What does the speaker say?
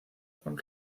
con